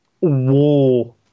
war